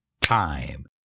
time